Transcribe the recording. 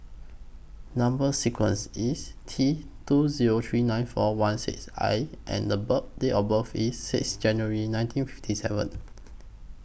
Number sequence IS T two Zero three nine four one six I and Date of birth IS six January nineteen fifty seven